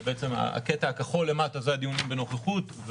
הקטע הכחול למטה זה הדיונים בנוכחות,